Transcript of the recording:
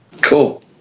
Cool